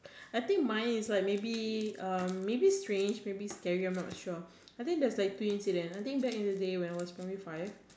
I think mine is like maybe uh maybe strange maybe scary I'm not sure I think that's like two incident I think back in the day when I was primary five